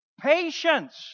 patience